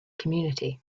community